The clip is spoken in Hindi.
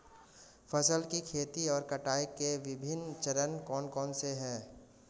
फसल की खेती और कटाई के विभिन्न चरण कौन कौनसे हैं?